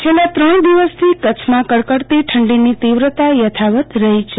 હવામાન છેલ્લા ત્રણ દિવસથી કચ્છમાં કડકડતી ઠંડીની તીવ્રતા યથાવત રહી છે